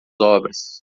obras